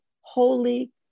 holy